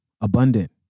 abundant